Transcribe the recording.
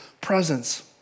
presence